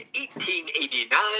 1889